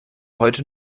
heute